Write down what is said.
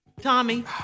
Tommy